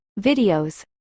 videos